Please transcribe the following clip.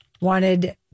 wanted